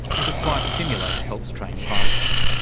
as a flight simulator helps train pilots.